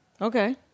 Okay